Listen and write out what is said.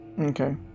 Okay